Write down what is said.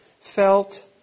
felt